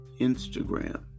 Instagram